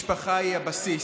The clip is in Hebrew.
משפחה היא הבסיס.